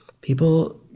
People